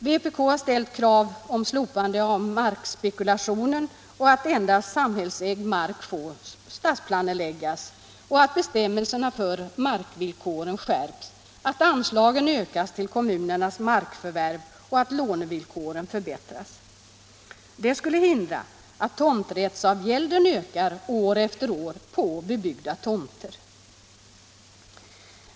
Vpk har ställt krav på stoppande av markspekulationen och att endast samhällsägd mark får stadsplaneläggas, att bestämmelserna för markvill Allmänpolitisk debatt Allmänpolitisk debatt koren skärps, att anslagen ökas till kommunernas markförvärv och att lånevillkoren förbättras. Det skulle hindra att tomträttsavgälden ökar år efter år på bebyggda tomter.